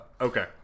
Okay